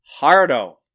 hardo